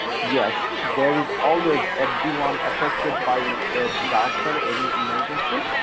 yes, there is always everyone affected by disaster of any emergency.